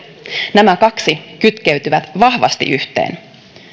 nämä kaksi kytkeytyvät vahvasti yhteen